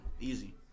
Easy